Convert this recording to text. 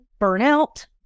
burnout